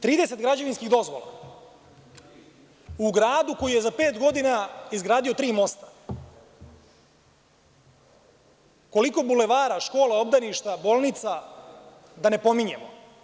Trideset građevinskih dozvola u gradu koji je za pet godina izgradio tri mosta, koliko bulevara, škola, obdaništa, bolnica da ne pominjemo.